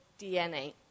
DNA